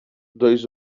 dois